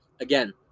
Again